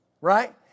Right